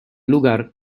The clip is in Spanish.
lugar